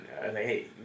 Hey